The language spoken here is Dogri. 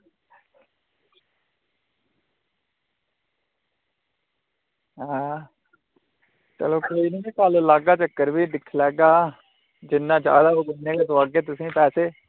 आं ते कोई निं कल्ल लाह्गा चक्कर ते दिक्खी लैगा भी जिन्ने जादा होग उन्ने गै दोआगै पैसे तुगी